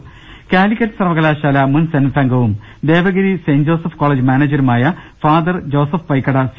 രദേഷ്ടങ കാലിക്കറ്റ് സർവകലാശാലു മുൻ സെനറ്റ് അംഗവും ദേവഗിരി സെന്റ് ജോസഫ്സ് കോളേജ് മാനേജരുമായ ഫാദർ ജോസഫ് പൈക്കട സി